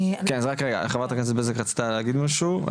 כן, חברת הכנסת בזק רצתה להגיד משהו?